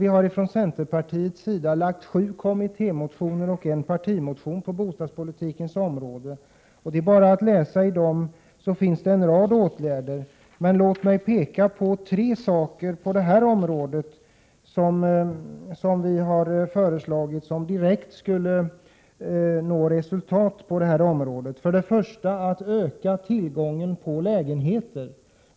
Vi har från centerpartiets sida väckt sju kommittémotioner och en partimotion på bostadspolitikens område, och det är bara att läsa i dem för den som vill finna en rad åtgärder. Men låt mig peka på tre saker på det här området som vi har föreslagit, vilka direkt skulle ge resultat. För det första vill vi öka tillgången på lägenheter.